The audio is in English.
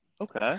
Okay